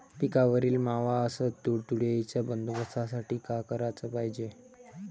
पिकावरील मावा अस तुडतुड्याइच्या बंदोबस्तासाठी का कराच पायजे?